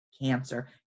cancer